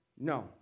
no